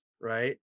Right